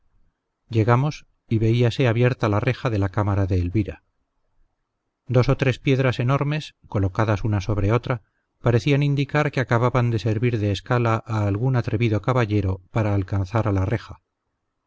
llegamos y veíase abierta la reja de la cámara de elvira dos o tres piedras enormes colocadas una sobre otra parecían indicar que acababan de servir de escala a algún atrevido caballero para alcanzar a la reja